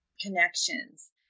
connections